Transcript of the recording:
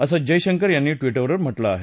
असं जयशंकर यांनी ट्विटरवर म्हटलं आहे